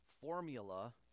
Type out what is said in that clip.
formula